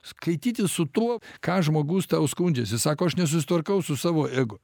skaitytis su tuo ką žmogus tau skundžiasi sako aš nesusitvarkau su savo ego